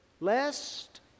lest